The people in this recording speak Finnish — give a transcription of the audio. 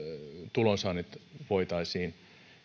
tulot voitaisiin